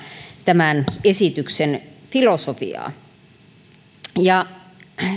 tämän esityksen filosofiaa